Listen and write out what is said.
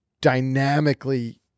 dynamically